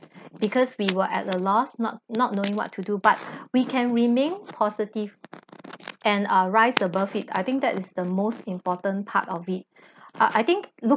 because we were at a loss not not knowing what to do but we can remain positive and uh rise above it I think that is the most important part of it I I think look~